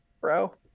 bro